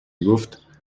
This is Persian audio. گفت